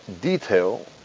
detail